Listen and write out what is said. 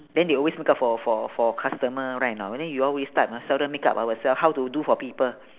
then they always makeup for for for customer right or not then we all this type ah seldom makeup ourselves how to do for people